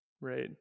right